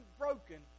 broken